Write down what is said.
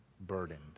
burdened